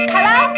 Hello